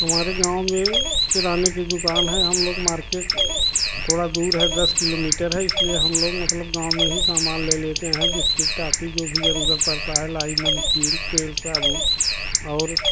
हमारे गाँव में किराने की दुकान है हम लोग मार्केट थोड़ा दूर है दस किलोमीटर है इसलिए हम लोग मतलब गाँव में ही सामान ले लेते हैं बिस्किट टॉफ़ी जो भी ज़रूरत पड़ता है लाइन नमकीन तेल साबुन और